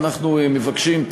אנחנו מבקשים,